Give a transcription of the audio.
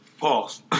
Pause